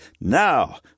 Now